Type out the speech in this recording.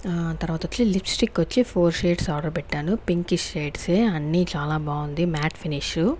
తర్వాత lipstick వచ్చి four shades order పెట్టాను పింకిష్ షేడ్స్ ఏ అన్ని చాలా బాగుంది మ్యాట్ ఫినిషు